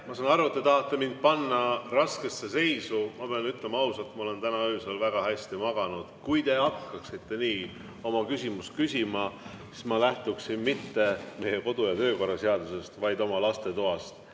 Ma saan aru, et te tahate mind raskesse seisu panna. Ma pean ausalt ütlema, et ma olen täna öösel väga hästi maganud. Kui te hakkaksite nii oma küsimust küsima, siis ma lähtuksin mitte meie kodu- ja töökorra seadusest, vaid oma lastetoast.